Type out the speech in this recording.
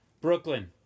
Brooklyn